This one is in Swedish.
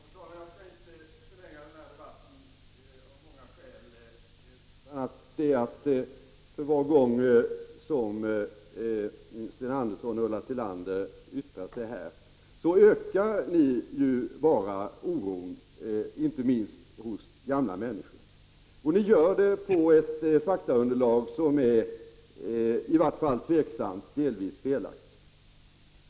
Fru talman! Jag skall av många skäl inte förlänga debatten, bl.a. därför att för var gång Sten Andersson i Malmö och Ulla Tillander yttrar sig här ökar ni oron, inte minst hos gamla människor. Ni gör det på ett faktaunderlag som är i vart fall tveksamt och delvis felaktigt.